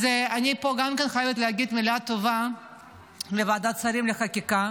אז אני גם חייבת להגיד מילה טובה לוועדת שרים לחקיקה,